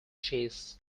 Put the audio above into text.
chess